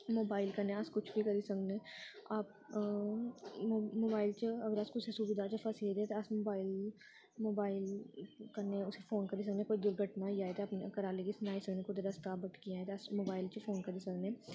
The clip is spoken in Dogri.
मोबाइल कन्नै अस कुछ बी करी सकने मो मोबाइल च अस अगर कुसै दुविधा च फसी गेदे तां अस मोबाइल मोबाइल कन्नै उसी फोन करी सकने कोई दुर्घटना होई जाए ते अपने घरे आह्लें गी सनाई सकने कुतै रस्ता भटकी जाएं ते अस मोबाइल च फोन करी सकने